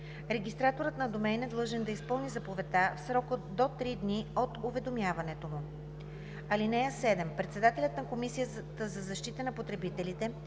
Регистраторът на домейн е длъжен да изпълни заповедта в срок до три дни от уведомяването му. (7) Председателят на Комисията за защита на потребителите